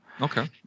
okay